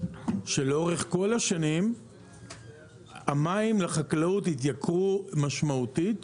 שלאורך כל השנים המים לחקלאות התייקרו משמעותית,